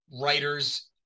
writers